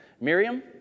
Miriam